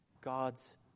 God's